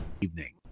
evening